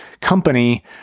company